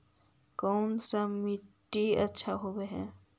कोन सा मिट्टी अच्छा होबहय?